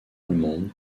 allemande